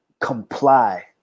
comply